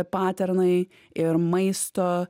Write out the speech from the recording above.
paternai ir maisto